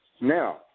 Now